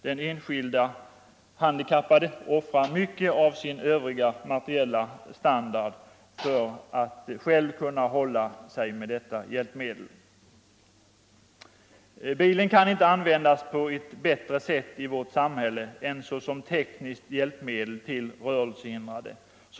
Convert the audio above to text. Den enskilde handikappade offrar mycket av sin övriga materiella standard för att själv kunna hålla sig med detta hjälpmedel. Bilen kan inte användas på ett bättre sätt i vårt samhälle än såsom tekniskt hjälpmedel till rörelsehindrade.